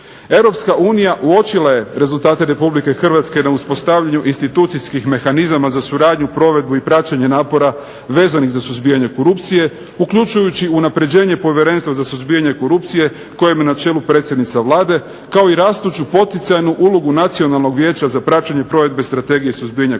Europska unija uočila je rezultate Republike Hrvatske na uspostavljanju institucijskih mehanizama za suradnju, provedbu i praćenje napora vezanih za suzbijanje korupcije, uključujući unapređenje povjerenstva za suzbijanje korupcije kojem je na čelu predsjednica Vlade, kao i rastuću poticajnu ulogu Nacionalnog vijeća za praćenje provedbe strategije suzbijanja korupcije,